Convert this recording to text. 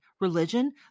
Religion